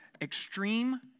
extreme